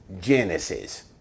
Genesis